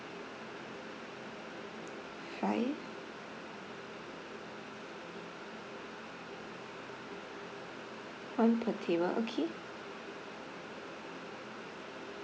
five one per table okay